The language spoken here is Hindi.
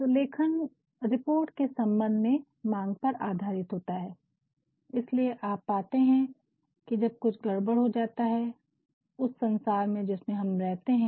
तो लेखन रिपोर्ट के संबंध में मांग पर आधारित होता है इसीलिए आप पाते हैं कि जब कुछ गड़बड़ हो जाता है उस संसार में जिस में हम रहते हैं